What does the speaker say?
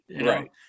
Right